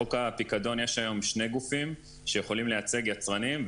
בחוק הפיקדון יש היום שני גופים שיכולים לייצג יצרנים,